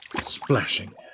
splashing